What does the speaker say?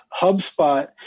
HubSpot